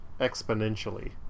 exponentially